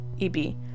eb